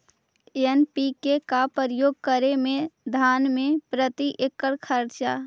NPK का प्रयोग करे मे धान मे प्रती एकड़ खर्चा?